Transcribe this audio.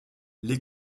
les